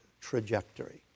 trajectory